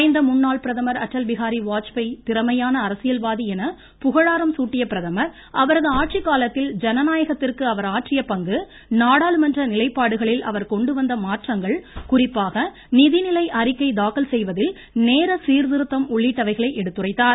மறைந்த முன்னாள் பிரதமர் அடல்பிஹாரி வாஜ்பாய் திறமையான அரசியல்வாதி என புகழாரம் சூட்டிய பிரதமா் அவரது ஆட்சிக்காலத்தில் ஜனநாயகத்திற்கு அவா் ஆற்றிய பங்கு நாடாளுமன்ற நிலைப்பாடுகளில் அவர் கொண்டு வந்த மாற்றங்கள் குறிப்பாக நிதிநிலை அறிக்கை தாக்கல் சீர்திருத்தம் உள்ளிட்டவைகளை எடுத்துரைத்தார்